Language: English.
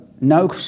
No